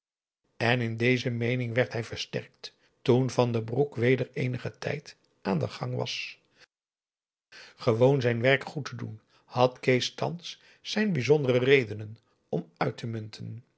en in deze meening werd hij versterkt toen van den broek weder eenigen tijd aan den gang was gewoon zijn werk goed te doen had kees thans zijn bijzondere redenen om uit te munten